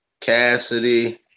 Cassidy